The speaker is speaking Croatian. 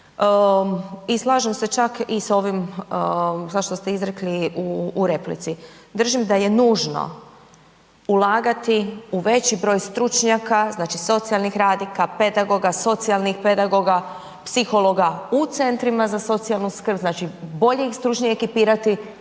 I slažem se čak i sa ovim sad što ste izrekli u replici. Držim da je nužno ulagati u veći broj stručnjaka, znači socijalnih radnika, pedagoga, socijalnih pedagoga, psihologa, u centrima za socijalnu skrb, znači bolje ih stručnije ekipirati,